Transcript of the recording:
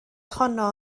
honno